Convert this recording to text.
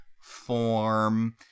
form